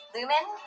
Lumen